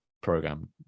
program